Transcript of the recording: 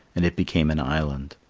and it became an island.